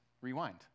rewind